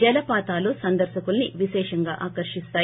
జలపాతాలు సందర్పకుల్పి విశేషంగా ఆకర్షిస్తాయి